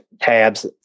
tabs